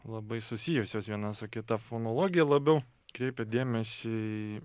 labai susijusios viena su kita fonologija labiau kreipia dėmesį